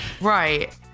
Right